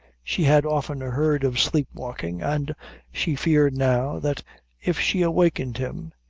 she had often heard of sleep-walking, and she feared now, that if she awakened him,